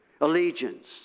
allegiance